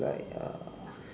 like uh